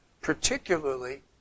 particularly